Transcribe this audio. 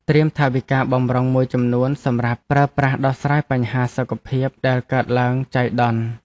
ត្រៀមថវិកាបម្រុងមួយចំនួនសម្រាប់ប្រើប្រាស់ដោះស្រាយបញ្ហាសុខភាពដែលកើតឡើងចៃដន្យ។